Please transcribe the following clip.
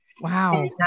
Wow